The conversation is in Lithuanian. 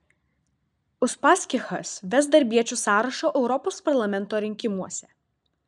uspaskichas ves darbiečių sąrašą europos parlamento rinkimuose